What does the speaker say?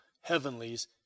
heavenlies